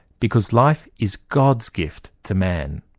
because life is god's gift to man,